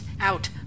out